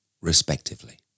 respectively